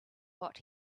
what